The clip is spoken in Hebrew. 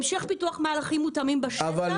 המשך פיתוח מהלכים מותאמים בשטח --- אבל